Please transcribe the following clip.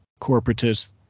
corporatist